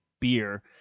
beer